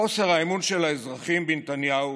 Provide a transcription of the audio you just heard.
חוסר האמון של האזרחים בנתניהו